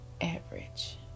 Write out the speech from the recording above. average